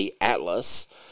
Atlas